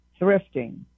thrifting